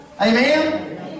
Amen